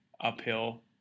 uphill